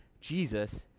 Jesus